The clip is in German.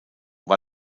war